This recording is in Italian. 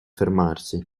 fermarsi